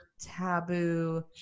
taboo